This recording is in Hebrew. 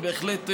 היא בהחלט נכונה,